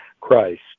Christ